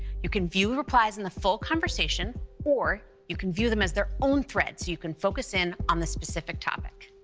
you can view replies in the full conversation or you can view them as their own thread so you can focus in on the specific topic.